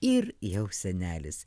ir jau senelis